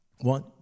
one